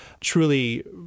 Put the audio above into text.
truly